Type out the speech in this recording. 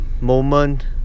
moment